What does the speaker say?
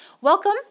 Welcome